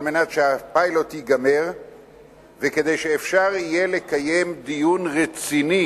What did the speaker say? על מנת שהפיילוט ייגמר וכדי שאפשר יהיה לקיים דיון רציני